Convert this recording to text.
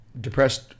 Depressed